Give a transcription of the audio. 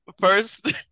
first